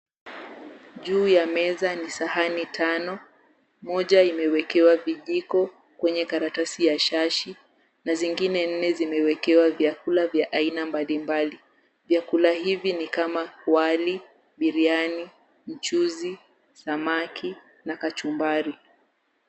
Juu ya meza ni sahani tano. Moja imewekewa vijiko kwenye karatasi ya shashi na zingine nne zimewekewa vyakula vya aina mbalimbali. Vyakula hivi ni kama wali, biriani, mchuzi, samaki na kachumbari.